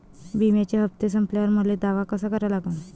बिम्याचे हप्ते संपल्यावर मले दावा कसा करा लागन?